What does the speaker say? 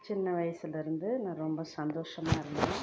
சின்ன வயசில் இருந்து நான் ரொம்ப சந்தோஷமாக இருந்தேன்